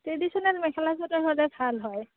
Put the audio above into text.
traditional mekhela chador হ'লে ভাল হয়